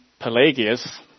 Pelagius